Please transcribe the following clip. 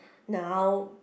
now